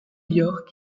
york